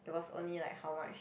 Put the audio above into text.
it was only like how much